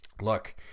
look